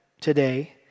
today